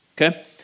Okay